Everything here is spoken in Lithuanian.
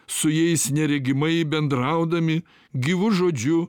su jais neregimai bendraudami gyvu žodžiu